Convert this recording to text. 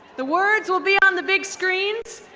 the words will be on the big screens.